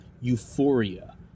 Euphoria